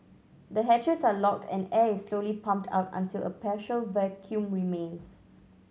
the hatches are locked and air is slowly pumped out until a partial vacuum remains